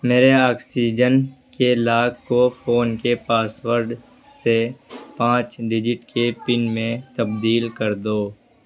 میرے آکسیجن کے لاک کو فون کے پاس ورڈ سے پانچ ڈیجٹ کے پن میں تبدیل کر دو